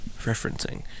referencing